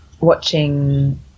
watching